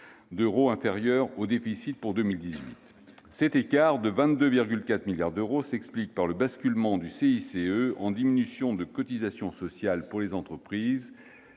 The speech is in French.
d'euros au déficit prévu pour 2018. Cet écart de 22,4 milliards d'euros s'explique par le basculement du CICE en diminution de cotisations sociales pour les entreprises,